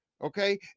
Okay